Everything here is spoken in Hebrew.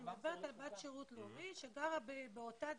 אני מדברת על בת שירות לאומי שגרה באותה דירה,